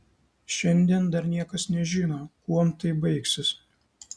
šiandien dar niekas nežino kuom tai baigsis